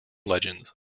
legends